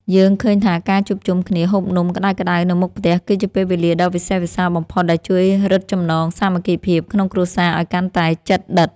យើងឃើញថាការជួបជុំគ្នាហូបនំក្តៅៗនៅមុខផ្ទះគឺជាពេលវេលាដ៏វិសេសវិសាលបំផុតដែលជួយរឹតចំណងសាមគ្គីភាពក្នុងគ្រួសារឱ្យកាន់តែជិតដិត។